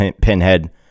Pinhead